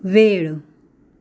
वेळ